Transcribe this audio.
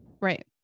Right